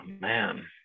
man